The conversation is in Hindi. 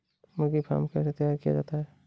मुर्गी फार्म कैसे तैयार किया जाता है?